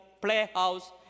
Playhouse